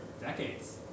decades